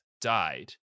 died